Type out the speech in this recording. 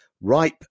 ripe